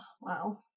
wow